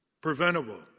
Preventable